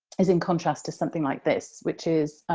is in contrast to something like this, which is